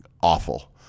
awful